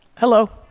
hello.